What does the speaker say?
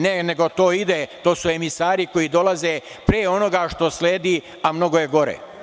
Ne, nego to ide, to su emisari koji dolaze pre onoga što sledi, a mnogo je gore.